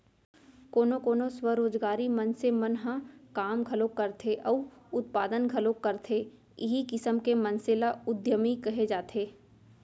कोनो कोनो स्वरोजगारी मनसे मन ह काम घलोक करथे अउ उत्पादन घलोक करथे इहीं किसम के मनसे ल उद्यमी कहे जाथे